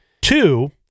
Two